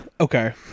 okay